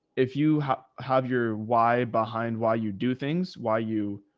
if you have have your, why behind why you do things, why you,